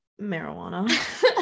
Marijuana